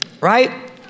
Right